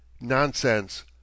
Nonsense